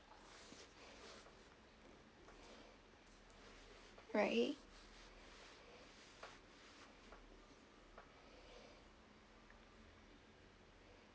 right